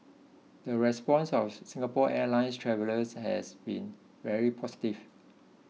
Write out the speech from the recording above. the response of Singapore Airlines travellers has been very positive